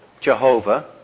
Jehovah